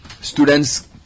students